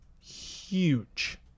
Huge